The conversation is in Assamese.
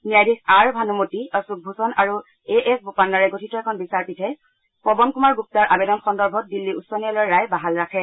ন্যায়াধীশ আৰ ভানুমতী অশোক ভূষণ আৰু এএছ বোপান্নাৰে গঠিত এখন বিচাৰপীঠে পৱন কুমাৰ গুপ্তাৰ আবেদন সন্দৰ্ভত দিল্লী উচ্চ ন্যায়ালয়ৰ ৰায় বাহাল ৰাখে